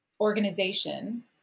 organization